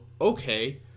okay